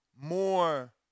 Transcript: more